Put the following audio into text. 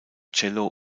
cello